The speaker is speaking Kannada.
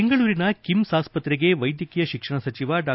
ಬೆಂಗಳೂರಿನ ಕಿಮ್ಸ್ ಆಸ್ತತೆಗೆ ವೈದ್ಯಕೀಯ ಶಿಕ್ಷಣ ಸಚಿವ ಡಾ